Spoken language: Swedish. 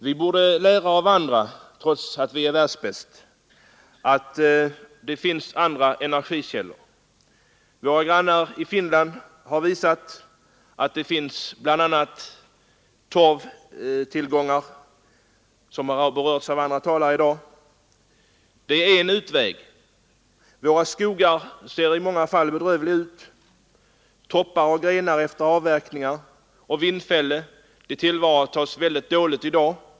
Vi borde lära av andra länder, trots att vi är ”världsbäst”. Det finns andra energikällor. Vårt grannland Finland har visat att man bl.a. kan använda torvtillgångarna, vilket också har berörts tidigare i denna debatt. Det är en utväg. Våra skogar ser på många håll bedrövliga ut med massor av toppar och grenar efter avverkningar och vindfällen, ett material som tillvaratas mycket dåligt i dag.